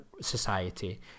society